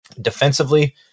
defensively